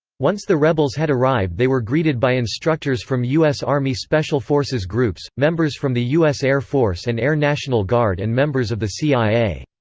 once the rebels had arrived they were greeted by instructors from u s. army special forces groups, members from the u s. air force and air national guard and members of the cia.